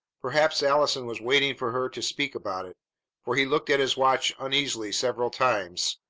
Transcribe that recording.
perhaps allison was waiting for her to speak about it for he looked at his watch uneasily several times,